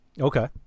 Okay